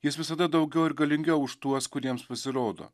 jis visada daugiau ir galingiau už tuos kuriems pasirodo